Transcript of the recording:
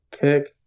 pick